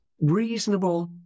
reasonable